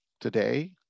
Today